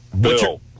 Bill